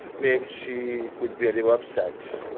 maybe, she would be a little upset.